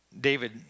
David